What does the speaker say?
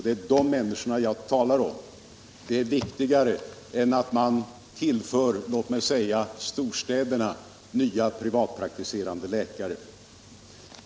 Det är de människorna jag talar om. Det är viktigare än att man tillför låt mig säga storstäderna nya privatpraktiserande läkare.